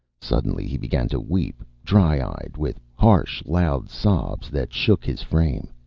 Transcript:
suddenly he began to weep, dry-eyed, with harsh, loud sobs that shook his frame.